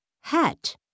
hat